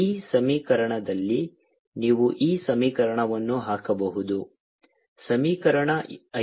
ಈ ಸಮೀಕರಣದಲ್ಲಿ ನೀವು ಈ ಸಮೀಕರಣವನ್ನು ಹಾಕಬಹುದು ಸಮೀಕರಣ ಐದು